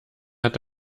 hat